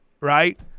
right